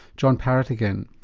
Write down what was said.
john parratt again.